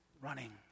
running